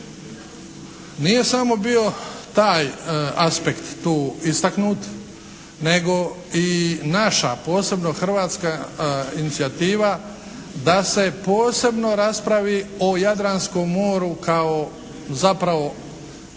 Nije samo bio taj aspekt tu istaknut, nego i naša, posebno hrvatska inicijativa da se posebno raspravi o Jadranskom moru kao zapravo,